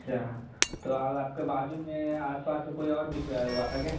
अच्छा तो अब आपके बाज़ू में आस पास में कोई और भी सोया हुआ था क्या